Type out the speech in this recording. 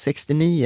69